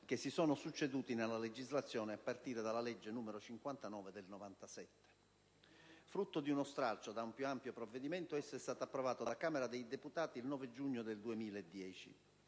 che si sono succeduti nella legislazione a partire dalla legge n. 59 del 1997. Frutto di uno stralcio da un più ampio provvedimento, esso è stato approvato dalla Camera dei deputati il 9 giugno del 2010.